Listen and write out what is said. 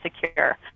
secure